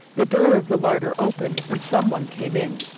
the door of the larder opened and some one came in.